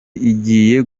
igiye